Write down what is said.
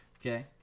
okay